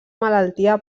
malaltia